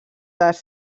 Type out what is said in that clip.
dels